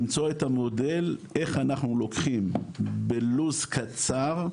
למצוא את המודל, איך אנחנו לוקחים בלו"ז קצר,